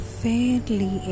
fairly